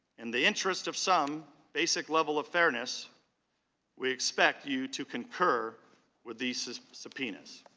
in the interest of some basic level of fairness we expect you to concur with these subpoenas.